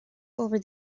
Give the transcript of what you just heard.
over